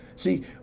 See